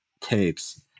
tapes